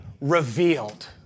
revealed